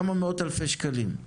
כמה מאות אלפי שקלים,